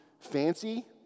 fancy